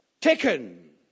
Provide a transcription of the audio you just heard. taken